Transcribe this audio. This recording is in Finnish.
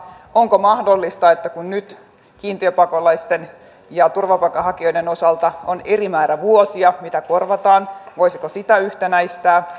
onko mahdollista että kun nyt kiintiöpakolaisten ja turvapaikanhakijoiden osalta on eri määrä vuosia mitä korvataan niin sitä voisi yhtenäistää